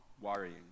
worrying